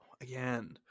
again